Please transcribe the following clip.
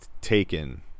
taken